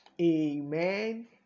Amen